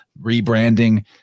rebranding